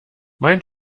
mein